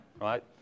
right